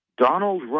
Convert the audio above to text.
Donald